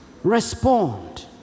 Respond